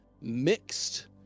mixed